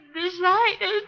decided